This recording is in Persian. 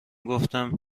گفتم